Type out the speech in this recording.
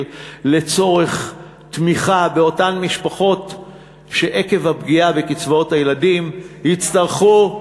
לצורך תמיכה באותן משפחות שעקב הפגיעה בקצבאות הילדים יצטרכו,